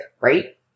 right